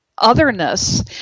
otherness